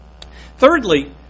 Thirdly